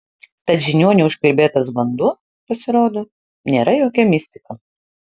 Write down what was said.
tad žiniuonių užkalbėtas vanduo pasirodo nėra jokia mistika